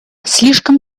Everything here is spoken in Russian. слишком